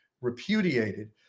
repudiated